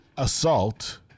assault